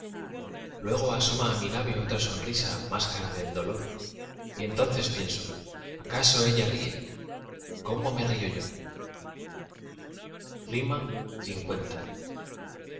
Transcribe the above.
luego asoma á mi labio otra sonrisa máscara del dolor y entonces pienso acaso ella se ríe como me río yo l